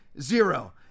zero